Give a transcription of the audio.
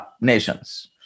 nations